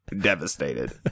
devastated